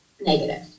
negative